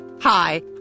Hi